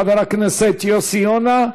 חבר הכנסת יוסי יונה,